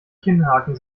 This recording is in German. kinnhaken